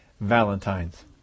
Valentines